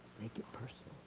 make it personal.